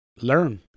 learn